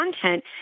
content